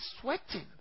sweating